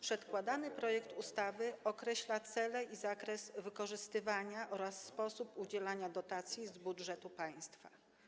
Przedkładany projekt ustawy określa cele i zakres wykorzystywania oraz sposób udzielania dotacji z budżetu państwa.